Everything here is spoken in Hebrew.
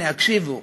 הנה, הקשיבו,